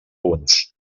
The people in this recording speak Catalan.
punts